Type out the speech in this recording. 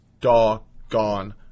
doggone